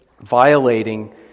Violating